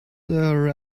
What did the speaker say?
there